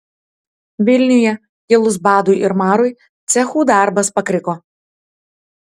vilniuje kilus badui ir marui cechų darbas pakriko